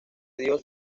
dios